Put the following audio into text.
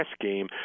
game